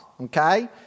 okay